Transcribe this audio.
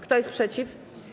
Kto jest przeciw?